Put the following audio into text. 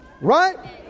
Right